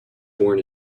born